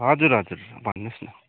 हजुर हजुर भन्नु होस् न